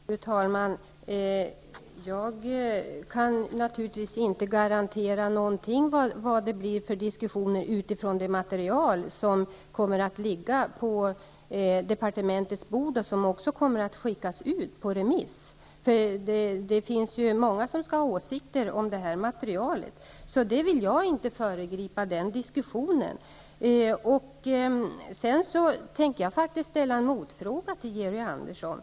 Fru talman! Jag kan naturligtvis inte garantera vilka diskussioner som kommer att föras utifrån det material som kommer att ligga på departementets bord och som kommer att skickas ut på remiss. Det är många som kommer att ha åsikter om detta material. Den diskussionen vill jag inte föregripa. Jag tänker faktiskt ställa en motfråga till Georg Andersson.